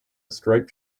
striped